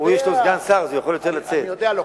אני יודע.